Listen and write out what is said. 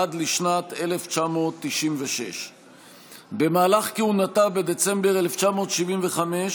עד לשנת 1996. במהלך כהונתה, בדצמבר 1975,